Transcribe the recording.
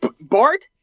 Bart